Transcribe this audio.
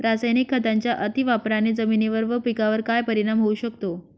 रासायनिक खतांच्या अतिवापराने जमिनीवर व पिकावर काय परिणाम होऊ शकतो?